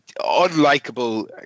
unlikable